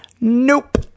Nope